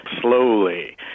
slowly